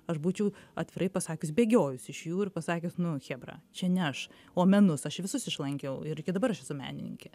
aš būčiau atvirai pasakius bėgiojus iš jų ir pasakius nu chebra čia ne aš o menus aš visus išlaikiau ir iki dabar aš esu menininkė